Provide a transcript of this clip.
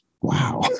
wow